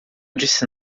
disse